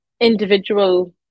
individual